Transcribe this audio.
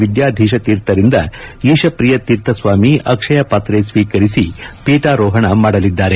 ವಿದ್ಯಾಧೀಶ ತೀರ್ಥರಿಂದ ಈಶಪ್ರಿಯ ತೀರ್ಥ ಸ್ವಾಮಿ ಅಕ್ಷಯ ಪಾತ್ರೆ ಸ್ವೀಕರಿಸಿ ಪೀಠಾರೋಹಣ ಮಾಡಲಿದ್ದಾರೆ